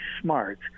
smart